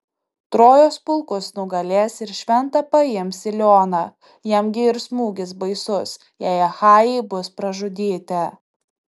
trojos pulkus nugalės ir šventą paims ilioną jam gi ir smūgis baisus jei achajai bus pražudyti